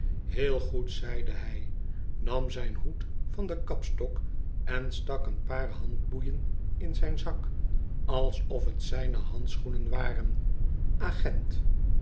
heel goed zeide hij nam zijn hoed van den kapstok en stak een paar handboeien in zijn zak alsof het zijne handschoenen waren agent